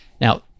Now